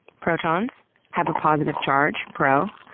protons have a positive charge pro.